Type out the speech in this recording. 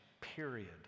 period